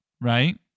right